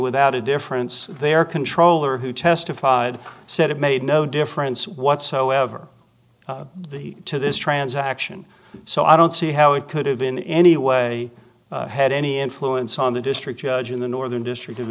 without a difference there controller who testified said it made no difference whatsoever the to this transaction so i don't see how it could have been in any way had any influence on the district judge in the northern district of